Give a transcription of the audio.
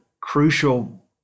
crucial